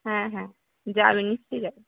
হ্যাঁ হ্যাঁ যাবে নিশ্চয়ই যাবে